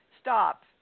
stop